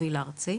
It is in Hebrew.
המוביל הארצי,